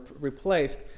replaced